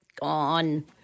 Gone